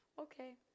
okay